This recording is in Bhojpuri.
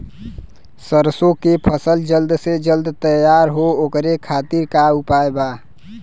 सरसो के फसल जल्द से जल्द तैयार हो ओकरे खातीर का उपाय बा?